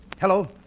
Hello